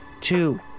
two